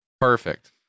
Perfect